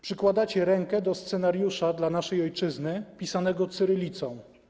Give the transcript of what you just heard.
Przykładacie rękę do scenariusza dla naszej ojczyzny pisanego cyrylicą.